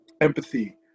empathy